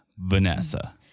Vanessa